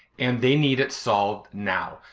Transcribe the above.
and they need it solved now.